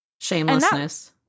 Shamelessness